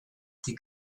die